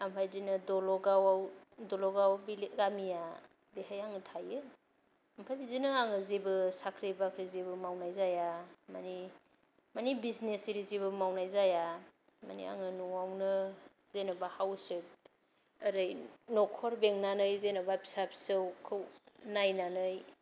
आमफाय बिदिनो दल'गाव आव दल'गाव गामिया बेहाय आङो थायो आमफाय बिदिनो आङो जेबो साख्रि बाख्रि जेबो मावनाय जाया मानि मानि बिजिनेश एरि जेबो मावनाय जाया मानि आङो न'आवनो जेन'बा हाउसवाइफ ओरै न'खर बेंनानै जेनोबा फिसा फिसौखौ नायनानै